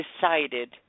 decided